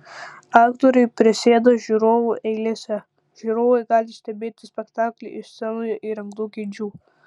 aktoriai prisėda žiūrovų eilėse žiūrovai gali stebėti spektaklį iš scenoje įrengtų kėdžių